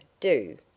Do